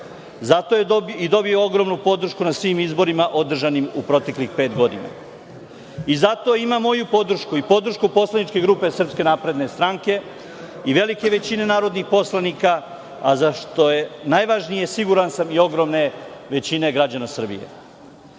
Zato je i dobio ogromnu podršku na svim izborima održanim u proteklih pet godina. Zato ima moju podršku i podršku poslaničke grupe SNS i velike većine narodnih poslanika, a što je najvažnije, siguran sam i ogromne većine građana Srbije. Imamo